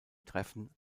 treffen